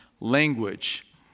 language